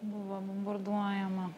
buvo bomborduojama